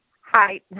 Hi